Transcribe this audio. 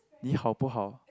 你好不好